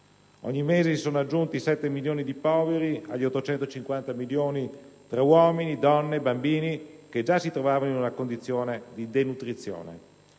ogni mese si sono aggiunti sette milioni di poveri agli 850 milioni tra uomini, donne e bambini che già si trovavano in una condizione di denutrizione.